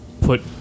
put